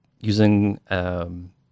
using